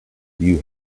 you